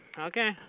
okay